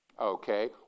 Okay